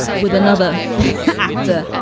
with another actor.